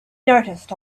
noticed